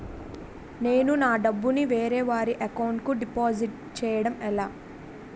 నేను నా డబ్బు ని వేరే వారి అకౌంట్ కు డిపాజిట్చే యడం ఎలా?